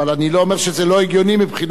אתה אומר: כל מי שעבד 35 שנה,